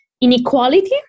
inequality